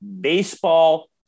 baseball